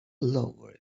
lowered